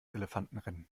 elefantenrennen